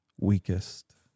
weakest